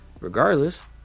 Regardless